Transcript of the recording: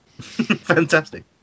Fantastic